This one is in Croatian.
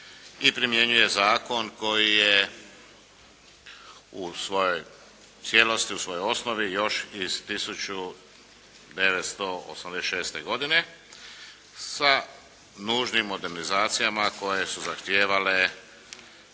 i primjenjuje zakon koji je u svojoj cijelosti, u svojoj osnovi još iz 1986. godine sa nužnim modernizacijama koje su zahtijevale